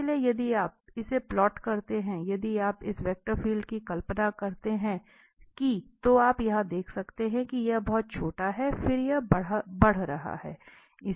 इसलिए यदि आप इसे प्लॉट करते हैं यदि आप इस वेक्टर फील्ड की कल्पना करते हैं कि तो आप यहां देख सकते हैं यह बहुत छोटा है फिर यह बढ़ रहा है